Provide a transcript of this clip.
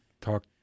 talk